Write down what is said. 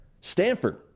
Stanford